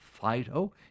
Phyto